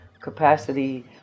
Capacity